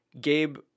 Gabe